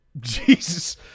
Jesus